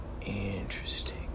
interesting